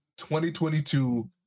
2022